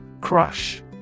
Crush